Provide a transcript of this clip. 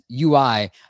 UI